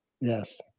Yes